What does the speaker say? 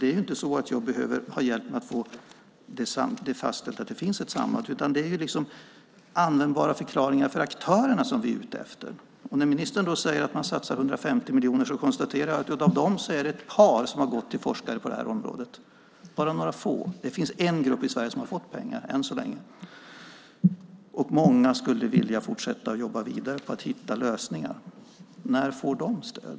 Det är inte så att jag behöver få hjälp att få det fastställt att det finns ett samband när jag får svar på mina frågor här, utan det är användbara förklaringar för aktörerna som vi är ute efter. Ministern säger att man satsar 150 miljoner. Då konstaterar jag att av dem är det ett par som har gått till forskare på det här området - bara några få. Det finns en grupp i Sverige som har fått pengar än så länge, och många skulle vilja fortsätta jobba vidare på att hitta lösningar. När får de stöd?